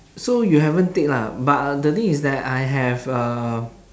so you haven't take lah but uh the thing is that I have uh